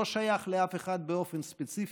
לא שייך לאף אחד באופן ספציפי,